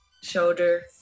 shoulder